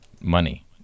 Money